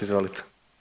Izvolite.